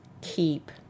keep